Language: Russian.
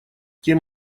тем